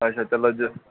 ਅੱਛਾ ਚਲੋ ਜੇ